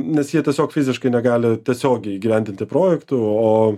nes jie tiesiog fiziškai negali tiesiogiai įgyvendinti projektų o